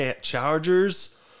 Chargers